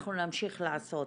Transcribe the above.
ואנחנו נמשיך לעשות.